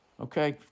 Okay